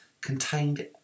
contained